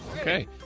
Okay